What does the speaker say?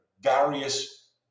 various